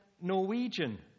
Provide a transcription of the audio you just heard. Norwegian